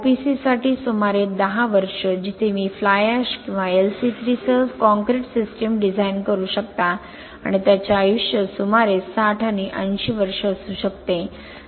OPC साठी सुमारे 10 वर्षे जिथे मी फ्लाय ऍश किंवा LC3 सह कॉंक्रिट सिस्टम डिझाइन करू शकतो आणि त्याचे आयुष्य सुमारे 60 आणि 80 वर्षे असू शकते